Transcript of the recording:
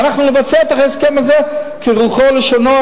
ואנחנו נבצע את ההסכם הזה כרוחו וכלשונו,